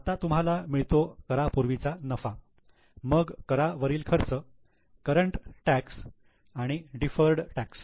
आता तुम्हाला मिळतो करा पूर्वीचा नफा मग करा वरील खर्च करंट टॅक्स आणि डिफर्ड टॅक्स